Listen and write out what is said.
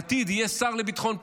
בעתיד יהיה שר לביטחון פנים.